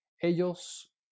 Ellos